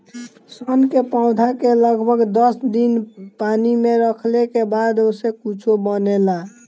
सन के पौधा के लगभग दस दिन पानी में रखले के बाद ओसे कुछू बनेला